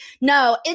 no